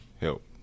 help